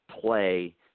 play